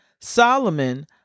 Solomon